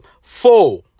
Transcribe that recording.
four